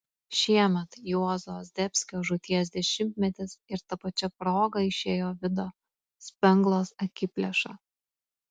šiemet juozo zdebskio žūties dešimtmetis ir ta pačia proga išėjo vido spenglos akiplėša